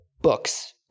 books